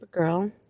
Supergirl